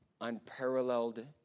unparalleled